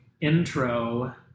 intro